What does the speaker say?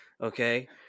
okay